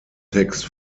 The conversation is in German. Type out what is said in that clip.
text